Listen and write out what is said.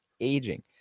aging